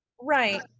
Right